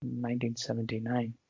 1979